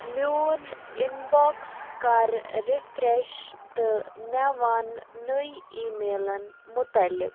میٛون inbox کَر refresh تہٕ مےٚ وَن نٮٔی اِی میلَن مُطلِق